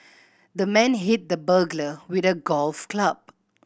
the man hit the burglar with a golf club